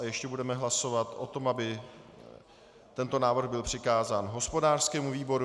A ještě budeme hlasovat o tom, aby tento návrh byl přikázán hospodářskému výboru.